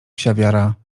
psiawiara